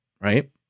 right